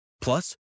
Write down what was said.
Plus